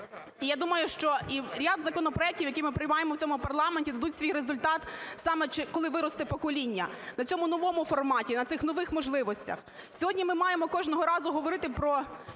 я думаю, що і ряд законопроектів, які ми приймаємо в цьому парламенті, дадуть свій результат саме, коли виросте покоління на цьому новому форматі, на цих нових можливостях. Сьогодні ми маємо кожного разу говорити про